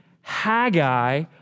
Haggai